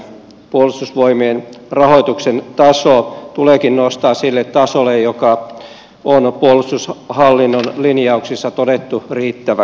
puolustusvoimien rahoituksen taso tuleekin nostaa sille tasolle joka on puolustushallinnon lin jauksissa todettu riittäväksi